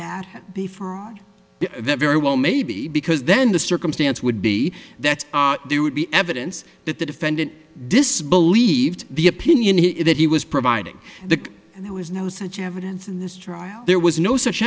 that be fraud that very well may be because then the circumstance would be that there would be evidence that the defendant disbelieved the opinion he that he was providing the and there was no such evidence in this trial there was no such